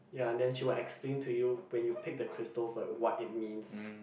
ya and then she will explain to you when you pick the crystals right what it means